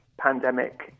pandemic